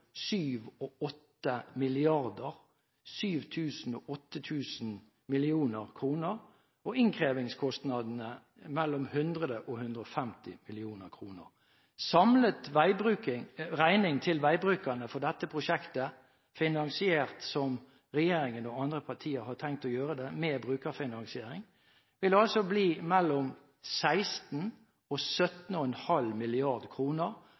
og 8 000 mill. kr – og innkrevingskostnadene vil være mellom 100 mill. kr og 150 mill. kr. Samlet regning til veibrukerne for dette prosjektet, finansiert slik regjeringen og andre partier har tenkt å gjøre det med brukerfinansiering, vil altså bli mellom 16